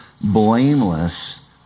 blameless